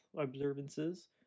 observances